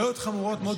בעיות חמורות מאוד.